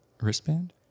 wristband